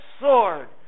sword